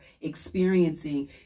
experiencing